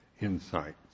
insights